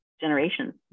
generations